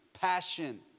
passion